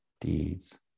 deeds